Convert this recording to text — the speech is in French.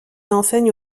enseigne